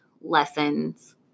lessons